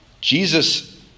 Jesus